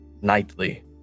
nightly